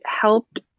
helped